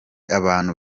abantu